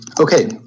Okay